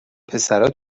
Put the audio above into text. پسرا